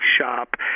shop